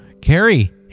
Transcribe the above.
Carrie